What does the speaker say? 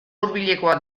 hurbilekoak